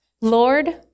Lord